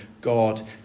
God